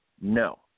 no